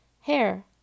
Hair